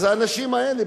אז האנשים האלה,